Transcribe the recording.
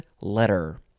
letter